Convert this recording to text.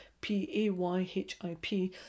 P-A-Y-H-I-P